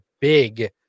big